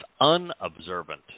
unobservant